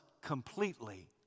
completely